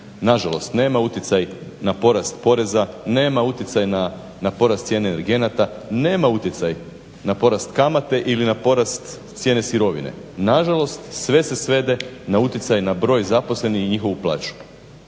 nažalost, nema utjecaj na porast poreza, nema utjecaj na porast cijene energenata, nema utjecaj na porast kamate ili na porast cijene sirovine. Nažalost, sve se svede na utjecaj na broj zaposlenih i njihovu plaću.